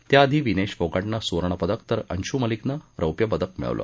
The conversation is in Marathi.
त्याआधी विनेश फोगाटनं सुवर्णपदक तर अन्शू मलिकनं रौप्यपदक मिळवलं